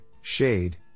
shade